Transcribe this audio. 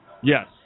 Yes